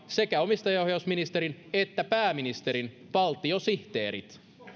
sekä omistajaohjausministerin että pääministerin valtiosihteerit